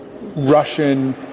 Russian